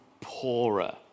poorer